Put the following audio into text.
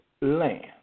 land